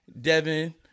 Devin